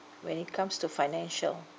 when it comes to financial